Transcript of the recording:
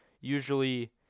Usually